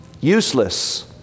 useless